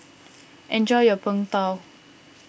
enjoy your Png Tao